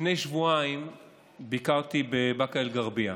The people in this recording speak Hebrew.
לפני שבועיים ביקרתי בבאקה אל-גרבייה.